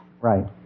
Right